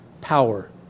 power